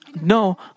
No